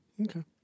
Okay